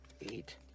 eight